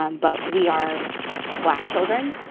um but we are black children.